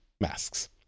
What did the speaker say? masks